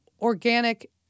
organic